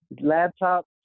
laptop